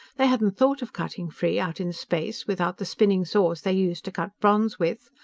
they hadn't thought of cutting free, out in space, without the spinning saws they use to cut bronze with.